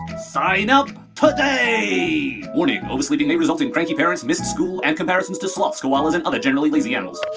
sign up today warning oversleeping may result in cranky parents, missed school and comparisons to sloths, koalas and other generally lazy animals